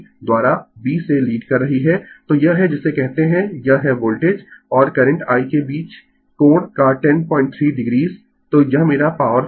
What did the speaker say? कुल 2200 वाट है यहाँ यह 2198793 आ रहा है क्योंकि यह दशमलव स्थान ट्रंकेटेड है यदि तीन दशमलव स्थानों तक ले जाया जाता है या यहाँ पाँच दशमलव स्थानों तक ले जाया जाता है 2200 वाट प्राप्त होगा